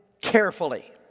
carefully